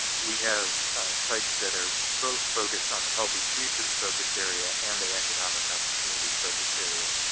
we have sites that are both focused on the healthy futures focus area and the economic opportunity focus area.